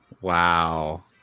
Wow